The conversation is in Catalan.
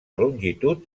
longitud